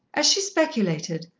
as she speculated,